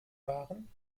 waren